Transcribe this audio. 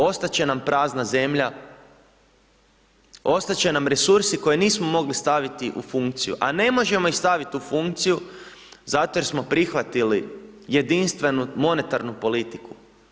Ostati će nam prazna zemlja, ostati će nam resursi koje nismo mogli staviti u funkciju, a ne možemo ih staviti u funkciju, zato jer smo prihvatili jedinstvenu monetarnu politiku.